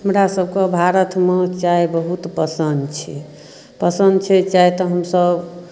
हमरासभके भारतमे चाह बहुत पसन्द छै पसन्द छै चाह तऽ हमसभ